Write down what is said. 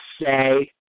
say